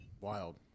wild